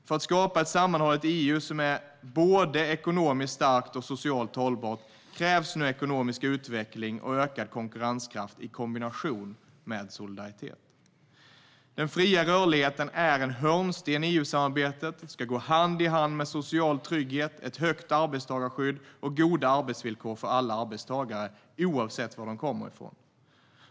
För att skapa ett sammanhållet EU som är både är ekonomiskt starkt och socialt hållbart krävs nu ekonomisk utveckling och ökad konkurrenskraft i kombination med solidaritet. Den fria rörligheten är en hörnsten i EU-samarbetet och ska gå hand i hand med social trygghet, ett högt arbetstagarskydd och goda arbetsvillkor för alla arbetstagare, oavsett var de kommer från.